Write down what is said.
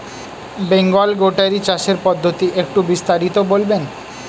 Bengal goatery চাষের পদ্ধতি একটু বিস্তারিত বলবেন?